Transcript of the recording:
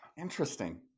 Interesting